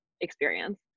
experience